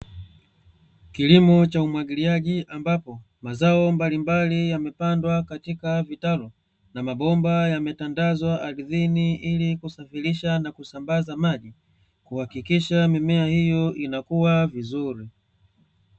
Kilimo cha umwagiliaji, ambapo mazao mbalimbali yamepandwa katika vitalu, na mabomba yametandazwa ardhini ili kusafirisha na kusambaza maji, kuhakikisha mimea hiyo inakua vizuri.